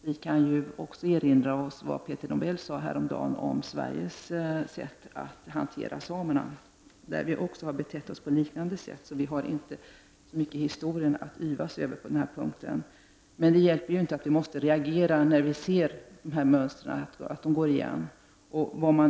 Vi kan också erinra oss vad Peter Nobel sade häromdagen om Sveriges sätt att hantera samerna. Mot dem har vi betett oss på liknande sätt, varför vi historiskt sett inte har så mycket att yvas över. Men vi måste ändå reagera när detta mönster går igen.